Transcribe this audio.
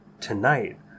tonight